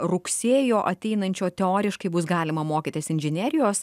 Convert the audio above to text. rugsėjo ateinančio teoriškai bus galima mokytis inžinerijos